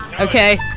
okay